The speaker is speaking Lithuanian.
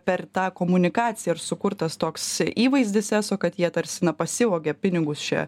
per tą komunikaciją ir sukurtas toks įvaizdis eso kad jie tarsi na pasivogė pinigus čia